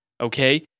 Okay